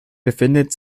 befindet